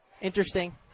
Interesting